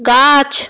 গাছ